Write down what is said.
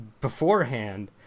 beforehand